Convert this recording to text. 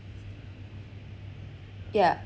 yeah